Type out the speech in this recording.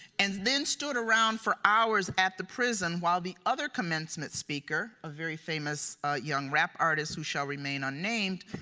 and then stood around for hours at the prison while the other commencement speaker, a very famous young rap artists who shall remain unnamed,